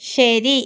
ശരി